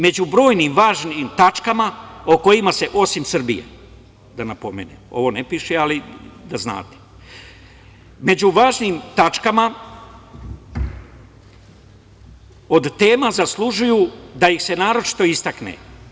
Među brojnim važnim tačkama, o kojima se osim Srbije, da napomenem, da znate, među važnim tačkama, od tema zaslužuju da ih se naročito istakne.